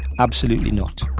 absolutely not.